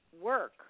work